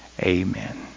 Amen